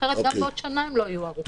כי אחרת גם בעוד שנה הם לא יהיו ערוכים.